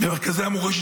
במרכזי המורשת,